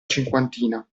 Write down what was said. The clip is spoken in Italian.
cinquantina